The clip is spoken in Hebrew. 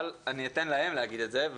אבל אני אתן להם להגיד את זה.